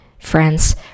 Friends